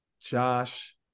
Josh